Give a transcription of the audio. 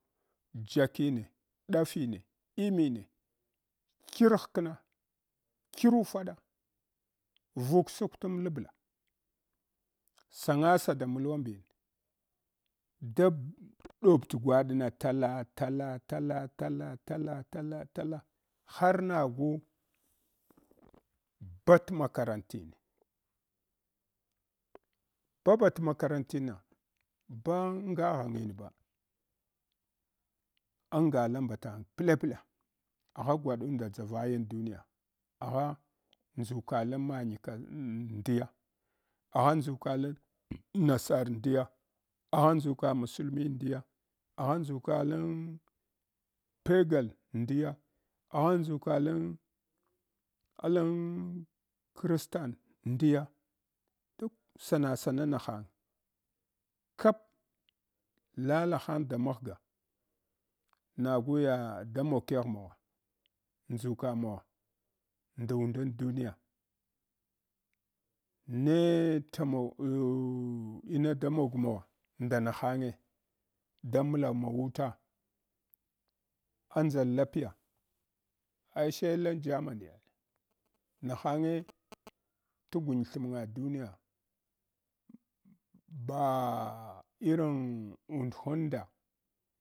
Jakine ɗafine imine kyir hkna, kyir ufaɗa vuk suktum lbla sangasa da mulwa mbin dab ɗab t gwaɗna tala tala tala tala tala tala tala har nagu bat makarantine baba t’ makarantina, ba anya ghanginba anga la mbatang ala pla agha gwadunda dʒavayon duniya agha ndzuka lan manye ka ndiya, agha nduka lan nasar ndiya, agha ndguka masalmi ndiya agha ndʒukalan pegal ndiya, agha ndzukalan alan kristan ndiya duk sana sana nahang kap lala hang da mjhga nagu ya da mog kegh mawa ndʒuka mawa ndundun duniya ne tamo nhw ina da mog mawa nda nahange damla mawuta? Andʒal lapiya ai sai lan germaniya nahange t’ gunye thamnga duniya ba irin und humda.